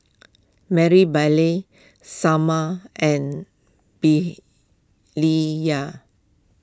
Marybelle Sommer and